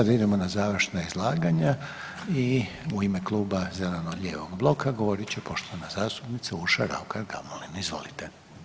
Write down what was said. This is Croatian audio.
Sad idemo na završna izlaganja i u ime Kluba zeleno-lijevog bloka govorit će poštovana zastupnica Urša Raukar Gamulin, izvolite.